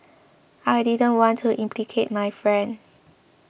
I didn't want to implicate my friend